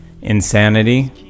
insanity